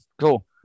Cool